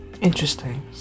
interesting